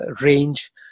range